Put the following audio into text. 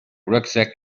rucksack